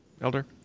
Elder